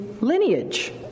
lineage